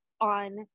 on